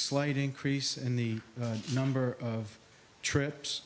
slight increase in the number of trips